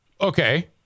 Okay